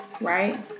right